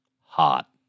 hot